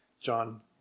John